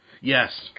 Yes